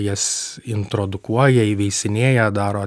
jas introdukuoja įveisinėja daro